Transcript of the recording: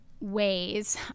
ways